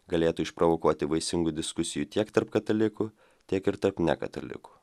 galėtų išprovokuoti vaisingų diskusijų tiek tarp katalikų tiek ir tarp nekatalikų